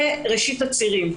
זה ראשית הצירים.